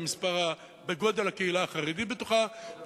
בגודל הקהילה החרדית בתוכה,